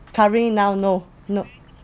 currently now no nope